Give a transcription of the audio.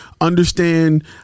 understand